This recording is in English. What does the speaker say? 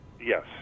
Yes